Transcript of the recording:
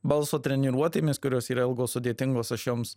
balso treniruotėmis kurios yra ilgos sudėtingos aš joms